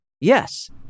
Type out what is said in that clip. Yes